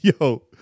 Yo